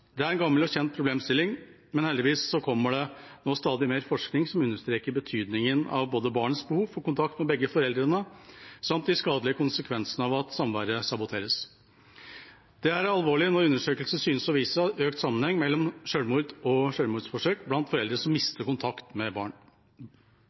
Det er en gammel og kjent problemstilling, men heldigvis kommer det nå stadig mer forskning som understreker betydningen av både barns behov for kontakt med begge foreldrene og de skadelige konsekvensene av at samværet saboteres. Det er alvorlig når undersøkelser synes å vise økt sammenheng mellom selvmord og selvmordsforsøk blant foreldre som